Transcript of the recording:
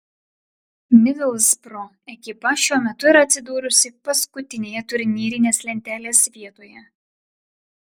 midlsbro ekipa šiuo metu yra atsidūrusi paskutinėje turnyrinės lentelės vietoje